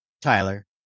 tyler